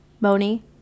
Moni